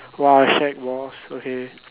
!wah! shag balls okay